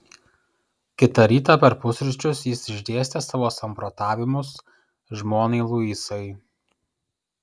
kitą rytą per pusryčius jis išdėstė savo samprotavimus žmonai luisai